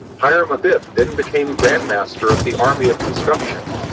hiram abiff then became grand master of the army of construction.